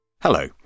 Hello